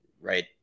right